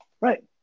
Right